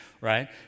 right